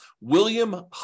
William